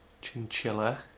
Chinchilla